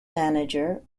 manager